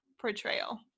portrayal